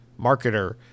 marketer